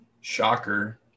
Shocker